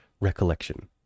recollection